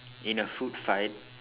in a food fight